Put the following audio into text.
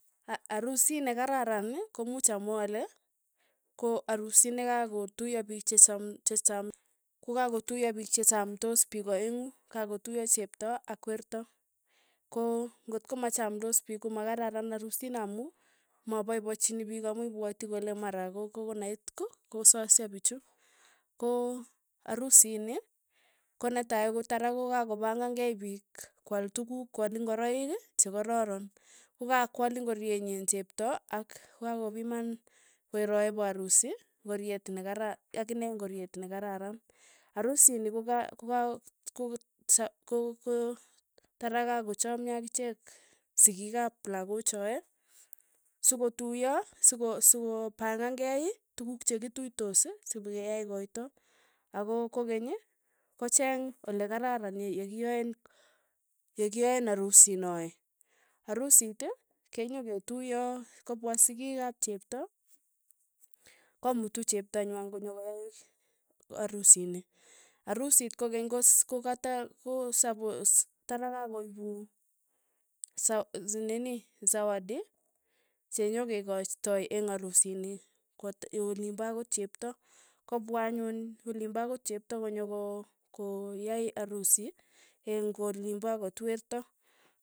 A- arusi ne kararan ko muuch amwa ale, ko arusi nekakotuiyo piich che cham che cham, ko kakotuyo piich che chamtos piik aeng'u, kakotuiyo chepto ak werto, ko ng'ot ko machamdos piik ko makararan arusi noo amu mapaipachini piik amu ipwoti kole mara ko- ko- konait ko kososcho pichu, ko arusi ni konetai kotarak ko kakopangan kei piik kwaal tukuk kwal ngoroik chekororon, kokakwaal ngorietnyi chepto ak kokakopiman weroe pa arusi ngoriet ne karar akine ngoriet nekararan, arusi ni ko ka. ko ka tara kakochamyo akichek sikiik ap lakochae, sokotuiyo siko sikopang'an kei tukuk chekituitosi sikeyae koito, ako kokeny kocheeng olekararan ye yekiaen yekiaen arusin noe, arusit kenyoketuyo kopwa sikik ap chepto, komutu chepto ny'wai konyokoyai arusini, arusit kokeny kos kokata kosapos tara kakoipun sa nini zawadi chenyokekaitoi eng' arusitni, kwot olinpaakot chepto, kopwa anyun olinpakot chepto konyokokoyai arusi eng' olipaakot werta.